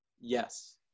Yes